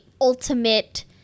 ultimate